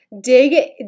dig